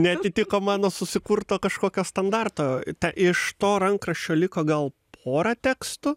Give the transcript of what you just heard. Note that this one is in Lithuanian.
neatitiko mano susikurto kažkokio standarto iš to rankraščio liko gal pora tekstų